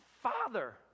father